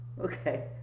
Okay